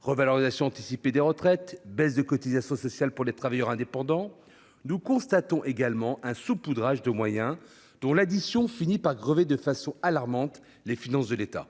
revalorisation anticipée des retraites, baisse de cotisations sociales pour les travailleurs indépendants -, nous constatons également un saupoudrage de moyens, dont l'addition finit par grever de façon alarmante les finances de l'État.